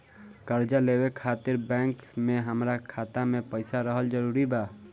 कर्जा लेवे खातिर बैंक मे हमरा खाता मे पईसा रहल जरूरी बा?